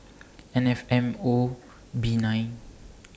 N F M O B nine